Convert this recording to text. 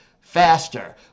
faster